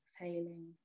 exhaling